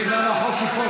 אם החוק ייפול,